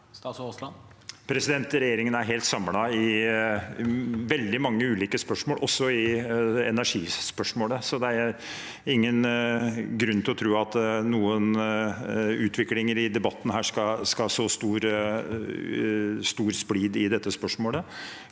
Aasland Regjeringen er helt samlet i veldig mange ulike spørsmål, også i energispørsmålet, så det er ingen grunn til å tro at en utvikling i debatten skal så stor splid i dette spørsmålet.